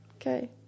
okay